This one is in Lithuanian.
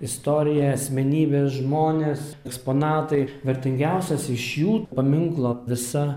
istorija asmenybės žmonės eksponatai vertingiausias iš jų paminklo visa